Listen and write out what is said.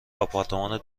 آپارتمان